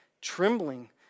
trembling